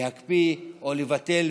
להקפיא או לבטל.